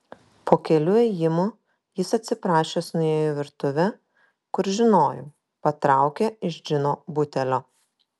po kelių ėjimų jis atsiprašęs nuėjo į virtuvę kur žinojau patraukė iš džino butelio